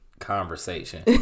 conversation